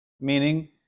Meaning